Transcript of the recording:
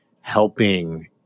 helping